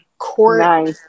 court